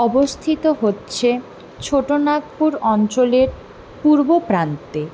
অবস্থিত হচ্ছে ছোটো নাগপুর অঞ্চলের পূর্ব প্রান্তে